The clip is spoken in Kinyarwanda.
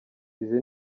izi